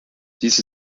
dies